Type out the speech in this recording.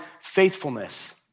faithfulness